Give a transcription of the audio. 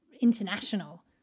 international